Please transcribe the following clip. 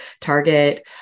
target